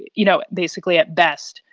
you know basically, at best,